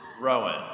Rowan